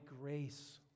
grace